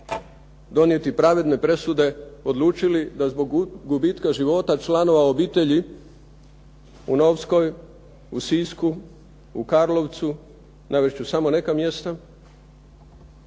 donijeti pravedne presude, odlučili da zbog gubitka života članova obitelji u Novskoj, u Sisku, u Karlovcu, navest ću samo neka mjesta,